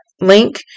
link